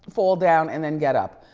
fall down and then get up.